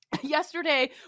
Yesterday